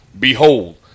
Behold